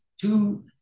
Two